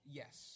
yes